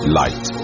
light